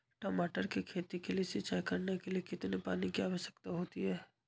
टमाटर की खेती के लिए सिंचाई करने के लिए कितने पानी की आवश्यकता होती है?